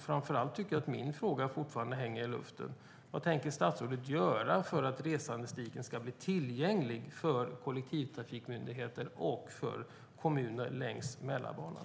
Framför allt tycker jag att min fråga fortfarande hänger i luften. Vad tänker statsrådet göra för att resandestatistiken ska bli tillgänglig för kollektivtrafikmyndigheter och kommuner längs Mälarbanan?